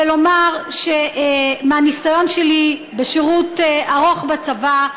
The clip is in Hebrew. ולומר שמהניסיון שלי בשירות ארוך בצבא,